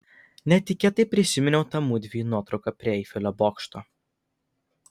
netikėtai prisiminiau tą mudviejų nuotrauką prie eifelio bokšto